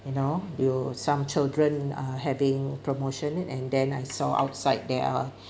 you know there were some children uh having promotion and then I saw outside there are